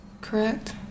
correct